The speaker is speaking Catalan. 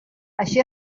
així